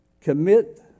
commit